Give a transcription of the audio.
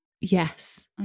Yes